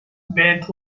bent